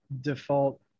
default